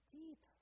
deep